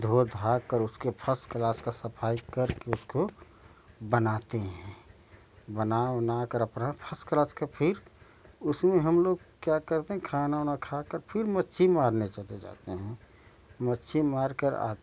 धो धाकर उसको फर्स्ट क्लास के सफाई करके उसको बनाते हैं बना उना कर अपना फर्स्ट क्लास के फिर उसमें हम लोग क्या करते खाना उना खाकर फिर मच्छी मारने चले जाते हैं मच्छी मार कर आते हैं